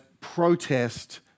protest